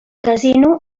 casino